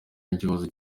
n’ikibazo